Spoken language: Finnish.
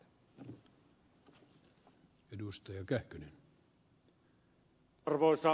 arvoisa puhemies